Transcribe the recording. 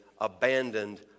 abandoned